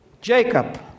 Jacob